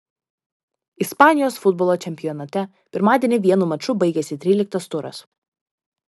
ispanijos futbolo čempionate pirmadienį vienu maču baigėsi tryliktas turas